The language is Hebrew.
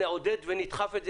נעודד ונדחוף את זה.